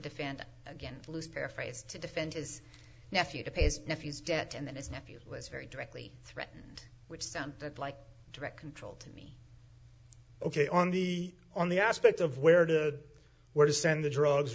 defend against loose paraphrase to defend his nephew to pay his nephew's debt and then his nephew was very directly threatened which sounded like direct control to me ok on the on the aspect of where to where to send the drugs